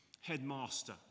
headmaster